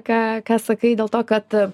ką ką sakai dėl to kad